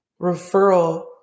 referral